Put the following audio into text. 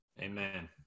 Amen